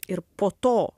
ir po to